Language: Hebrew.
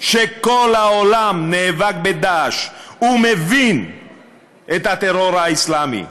כשכל העולם נאבק ב"דאעש" ומבין את הטרור האסלאמי,